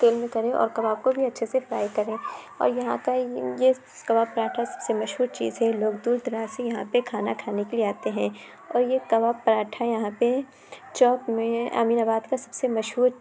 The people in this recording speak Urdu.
تیل میں تلے اور کباب کو بھی اچھے سے فرائی کریں اور یہاں کا یہ کباب پراٹھا سب سے مشہور چیز ہے لوگ دور دراز سے یہاں پہ کھانا کھانے کے لیے آتے ہیں اور یہ کباب پراٹھا یہاں پہ چوک میں امین آباد کا سب سے مشہور